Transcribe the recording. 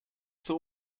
zur